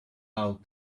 how